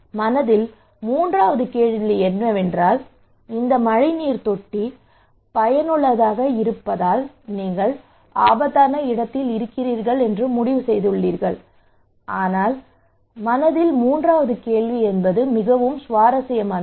மனதில் மூன்றாவது கேள்விகள் என்னவென்றால் இந்த மழைநீர் தொட்டி பயனுள்ளதாக இருப்பதால் நீங்கள் ஆபத்தான இடத்தில் இருக்கிறீர்கள் என்று முடிவு செய்துள்ளீர்கள் ஆனால் மனதில் மூன்றாவது கேள்வி என்ன என்பது மிகவும் சுவாரஸ்யமானது